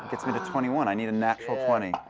gets me to twenty one. i need a natural twenty.